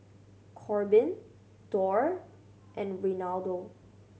Corbin Dorr and Reinaldo